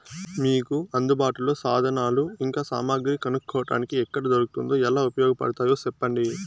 మీకు అందుబాటులో సాధనాలు ఇంకా సామగ్రి కొనుక్కోటానికి ఎక్కడ దొరుకుతుందో ఎలా ఉపయోగపడుతాయో సెప్పండి?